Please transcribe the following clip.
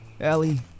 Allie